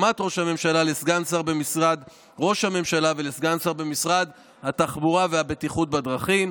לסגן שר במשרד ראש הממשלה ולסגן שר במשרד התחבורה והבטיחות בדרכים